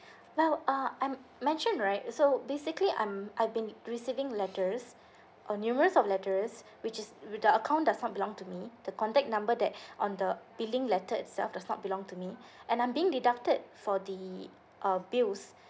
well uh I'm mentioned right so basically I'm I've been receiving letters uh numerous of letters which is with the account does not belong to me the contact number that on the billing letter itself does not belong to me and I'm being deducted for the uh bills